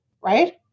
right